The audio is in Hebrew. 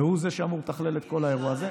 והוא זה שאמור לתכלל את כל האירוע הזה.